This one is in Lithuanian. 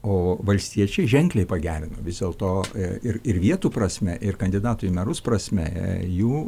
o valstiečiai ženkliai pagerino vis dėlto ir ir vietų prasme ir kandidatų į merus prasme jų